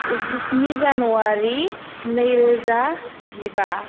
जिस्नि जानुवारि नै रोजा जिबा